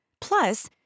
plus